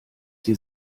sie